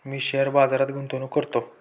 मी share बाजारात गुंतवणूक करतो